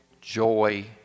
joy